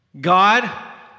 God